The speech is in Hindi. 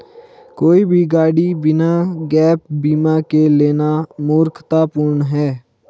कोई भी गाड़ी बिना गैप बीमा के लेना मूर्खतापूर्ण है